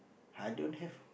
i don't have